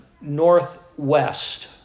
northwest